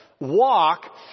walk